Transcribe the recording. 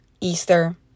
easter